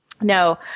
no